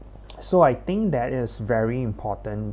so I think that it is very important